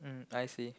I_S_A